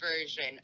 version